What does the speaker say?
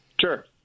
sure